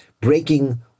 breaking